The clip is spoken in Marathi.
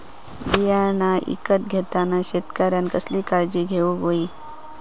बियाणा ईकत घेताना शेतकऱ्यानं कसली काळजी घेऊक होई?